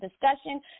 discussion